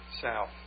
South